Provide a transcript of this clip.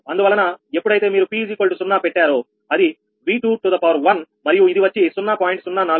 అందువలన ఎప్పుడైతే మీరు p0 పెట్టారో అది 𝑉21 మరియు ఇది వచ్చి 0